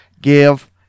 Give